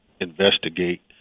investigate